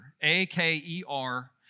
A-K-E-R